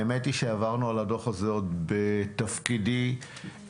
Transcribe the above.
האמת היא שעברנו על הדוח הזה עוד בתפקידי הקודם.